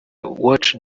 watch